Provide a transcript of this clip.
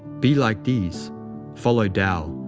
be like these follow tao,